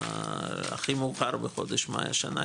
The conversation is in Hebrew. הכי מאוחר בחודש מאי השנה,